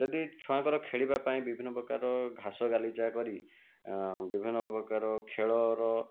ଯଦି ଛୁଆଙ୍କର ଖେଳିବାପାଇଁ ବିଭିନ୍ନପ୍ରକାର ଘାସଗାଲିଚା କରି ବିଭିନ୍ନପ୍ରକାର ଖେଳର